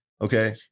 okay